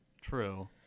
True